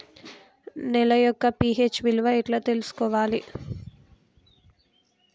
నేల యొక్క పి.హెచ్ విలువ ఎట్లా తెలుసుకోవాలి?